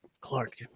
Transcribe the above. Clark